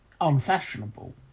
Unfashionable